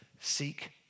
Seek